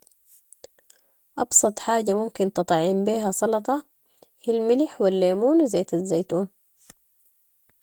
ابسط حاجة ممكن تطعم بيها سلطة هي الملح و الليمون و زيت الزيتون.